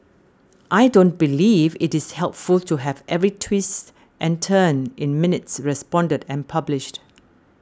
I don't believe it is helpful to have every twist and turn in minutes reported and published